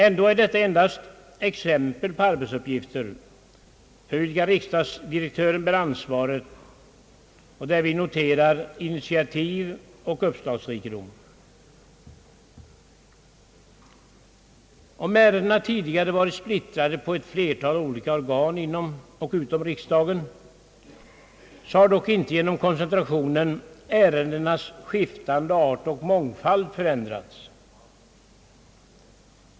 Ändå är det nämnda endast exempel på arbetsuppgifter för vilka riksdagsdirektören bär ansvaret och där vi noterar initiativ och uppslagsrikedom. Om ärendena tidigare varit splittrade på ett flertal olika organ inom och utom riksdagen, har dock inte ärendenas art och mångfald förändrats genom koncentrationen.